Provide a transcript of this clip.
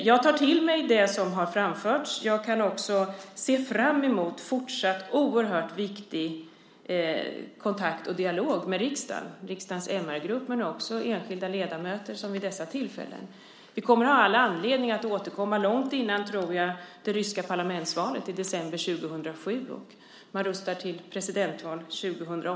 Jag tar till mig det som har framförts och ser fram emot en fortsatt viktig kontakt och dialog med riksdagen, både med riksdagens MR-grupp och med enskilda ledamöter vid tillfällen som detta. Jag tror att vi kommer att ha anledning att återkomma långt innan det ryska parlamentsvalet i december 2007, och man rustar dessutom till presidentval 2008.